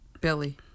Billy